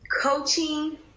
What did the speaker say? coaching